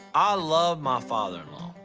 i love my father-in-law,